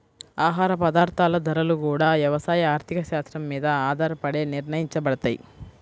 ఆహార పదార్థాల ధరలు గూడా యవసాయ ఆర్థిక శాత్రం మీద ఆధారపడే నిర్ణయించబడతయ్